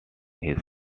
his